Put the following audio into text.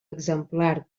exemplar